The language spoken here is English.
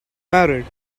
married